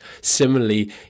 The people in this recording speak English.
similarly